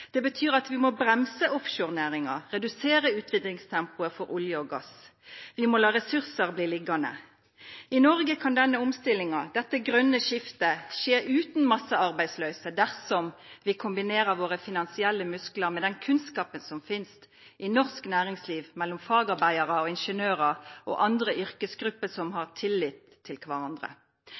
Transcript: Det betyr at vi må bremsa offshorenæringa og redusera utvinningstempoet for olje og gass. Vi må lata ressursar bli liggjande. I Noreg kan denne omstillinga – dette grøne skiftet – skje utan massearbeidsløyse dersom vi kombinerer våre finansielle musklar med den kunnskapen som finst i norsk næringsliv mellom fagarbeidarar og ingeniørar og andre yrkesgrupper som har tillit til kvarandre.